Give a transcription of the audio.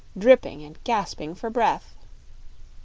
dripping and gasping for breath.